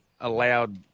allowed